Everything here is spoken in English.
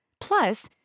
Plus